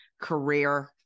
Career